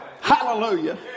hallelujah